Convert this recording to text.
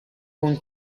con